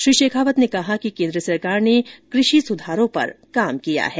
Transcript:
श्री शेखावत ने कहा है कि केन्द्र सरकार ने कृषि सुधारों पर काम किया है